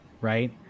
right